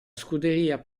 scuderia